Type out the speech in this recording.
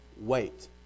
Wait